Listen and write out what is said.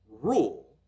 rule